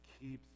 keeps